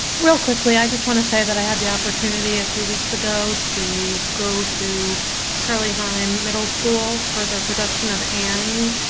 real quickly, i just want to say that i had the opportunity, a few weeks ago, to go to shirley heim middle school, for their production of annie.